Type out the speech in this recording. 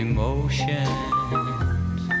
Emotions